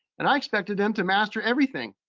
and i expected them to master everything.